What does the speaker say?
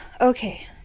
Okay